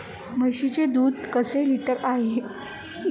म्हशीचे दूध कसे लिटर आहे?